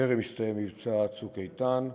בטרם הסתיים מבצע "צוק איתן"